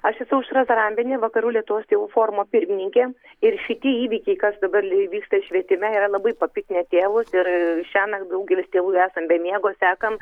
aš esu aušra zarambienė vakarų lietuvos tėvų forumo pirmininkė ir šitie įvykiai kas dabar vyksta švietime yra labai papiktinę tėvus ir šiąnakt daugelis tėvų esam be miego sekam